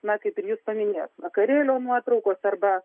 na kaip ir jūs paminėjot vakarėlio nuotraukos arba